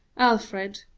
alfred,